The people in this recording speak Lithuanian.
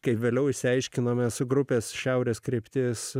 kaip vėliau išsiaiškinome su grupės šiaurės kryptis